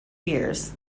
years